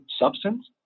substance